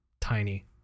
tiny